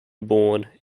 born